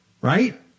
Right